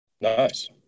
nice